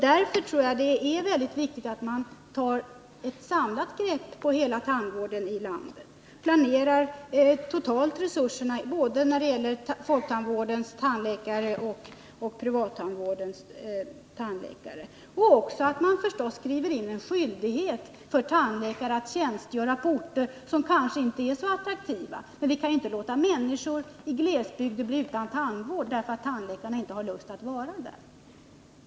Därför anser jag att det är väldigt viktigt att man tar ett samlat grepp på hela tandvården i landet — planerar resurserna totalt då det gäller både folktandvårdens tandläkare och privattandvårdens tandläkare och även skriverin en skyldighet för tandläkare att tjänstgöra på orter som kanske inte är så attraktiva. Vi kan ju inte låta människor i glesbygder bli utan tandvård därför att tandläkarna inte har lust att vara där.